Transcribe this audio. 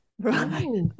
Right